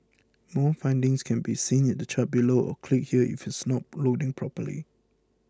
more findings can be seen in the chart below or click here if it's not loading properly